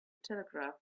telegraph